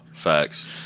facts